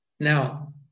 Now